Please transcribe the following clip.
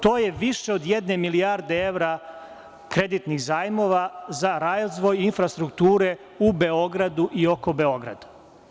To je više od jedne milijarde evra kreditnih zajmova za razvoj infrastrukture u Beogradu i oko Beograda.